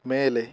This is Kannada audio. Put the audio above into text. ಮೇಲೆ